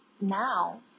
now